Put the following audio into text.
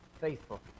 faithful